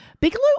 Bigelow